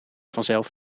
vanzelf